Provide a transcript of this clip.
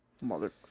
Mother